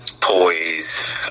poise